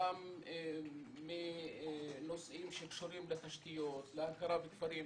גם מנושאים שקשורים לתשתיות, להכרה בכפרים.